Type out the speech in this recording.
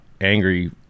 angry